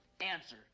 Answer